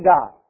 God